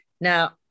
Now